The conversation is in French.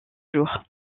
jours